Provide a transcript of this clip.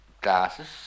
glasses